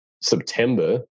September